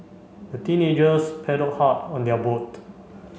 the teenagers paddle hard on their boat